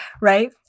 right